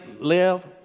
live